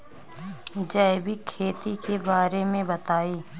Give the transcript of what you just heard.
जैविक खेती के बारे में बताइ